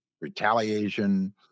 retaliation